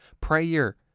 Prayer